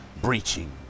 breaching